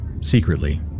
Secretly